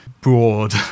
broad